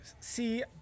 See –